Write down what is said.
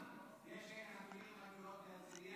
יש שמגדלים חתולות בהרצליה,